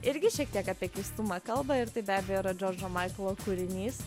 irgi šiek tiek apie keistumą kalba ir tai be abejo yra džordžo maiklo kūrinys